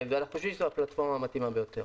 אנחנו חושבים שזאת הפלטפורמה המתאימה ביותר.